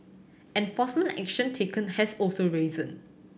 enforcement action taken has also risen